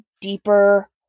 deeper